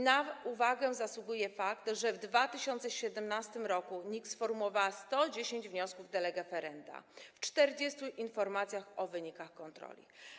Na uwagę zasługuje fakt, że w 2017 r. NIK sformułowała 110 wniosków de lege ferenda w 40 informacjach o wynikach kontroli.